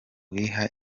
wiha